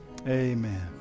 Amen